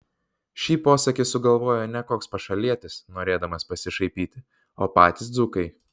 šį posakį sugalvojo ne koks pašalietis norėdamas pasišaipyti o patys dzūkai